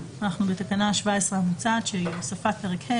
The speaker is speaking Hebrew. ואנחנו בתקנה 17 המוצעת שהיא הוספת פרק ה',